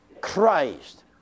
Christ